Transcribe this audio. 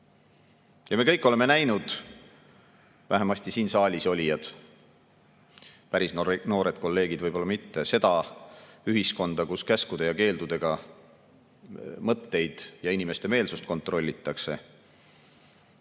Me kõik oleme näinud, vähemasti siin saalis olijad – päris noored kolleegid võib-olla mitte –, seda ühiskonda, kus käskude ja keeldudega mõtteid ja inimeste meelsust kontrolliti.